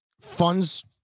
Funds